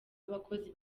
abakozi